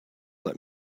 let